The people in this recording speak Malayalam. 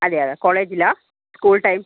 അതെ അതെ കോളേജിലോ സ്കൂൾ ടൈം